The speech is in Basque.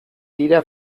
dira